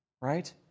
Right